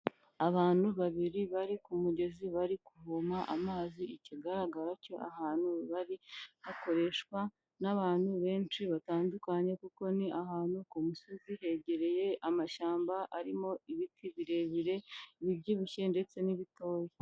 Abantu babiri bari ku mugezi bari kuvoma amazi, ikigaragara cyo ahantu bari hakoreshwa n'abantu benshi batandukanye, kuko ni ahantu ku musozi hegereye amashyamba arimo ibiti birebire, bibyibushye ndetse n'ibitoya.